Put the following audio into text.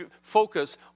focus